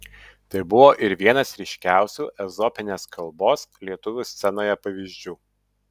tai buvo ir vienas ryškiausių ezopinės kalbos lietuvių scenoje pavyzdžių